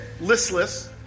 listless